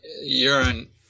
urine